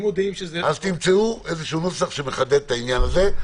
תמצאו נוסח שמחדד את העניין הזה.